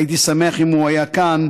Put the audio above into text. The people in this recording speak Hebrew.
הייתי שמח אם הוא היה כאן.